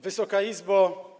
Wysoka Izbo!